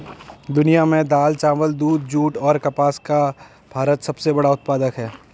दुनिया में दाल, चावल, दूध, जूट और कपास का भारत सबसे बड़ा उत्पादक है